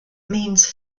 means